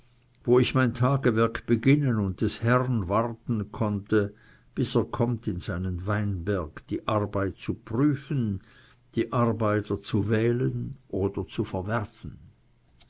wo ich mein tagewerk beginnen und des herrn warten konnte bis er kommt in seinen weinberg die arbeit zu prüfen die arbeiter zu wählen oder zu verwerfen